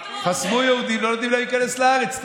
שלא נתנו ליהודים להיכנס לארץ?